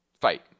fight